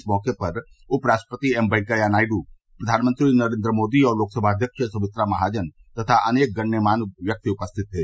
इस मौके पर उपराष्ट्रपति एम वेंकैया नायडू प्रधानमंत्री नरेन्द्र मोदी और लोकसभा अध्यक्ष सुमित्रा महाजन तथा अनेक गणमान्य व्यक्ति उपस्थित थे